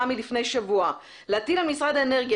מלפני שבוע: "להטיל על משרד האנרגיה,